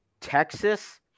Texas